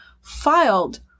filed